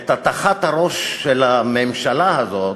עם הטחת הראש של הממשלה הזאת,